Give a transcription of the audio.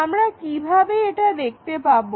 আমরা কিভাবে এটা দেখতে পাবো